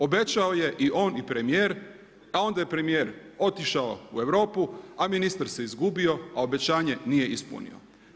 Obećao je i on i premijer a onda je premijer otišao u Europu a ministar se izgubio a obećanje nije ispunio.